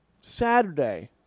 Saturday